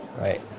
right